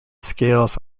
scales